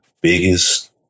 biggest